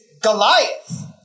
Goliath